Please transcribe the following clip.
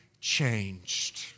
changed